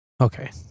Okay